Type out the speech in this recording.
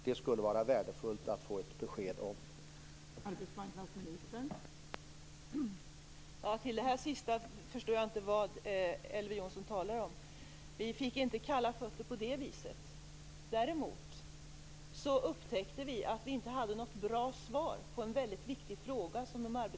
Det skulle vara värdefullt att få ett besked om detta.